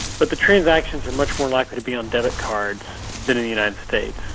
but the transactions are much more likely to be on debit cards than in the united states.